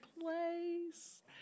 place